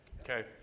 Okay